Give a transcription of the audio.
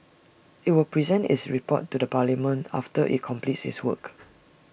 IT will present its report to parliament after IT completes its work